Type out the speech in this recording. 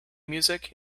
music